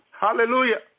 Hallelujah